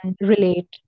relate